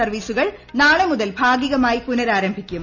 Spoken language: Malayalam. സർവ്വീസുകൾ നാളെ മുതൽ ഭാഗികമായി പുനരാരംഭിക്കും